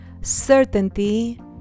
certainty